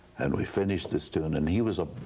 and we finished this tune, and he was a